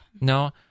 No